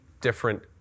different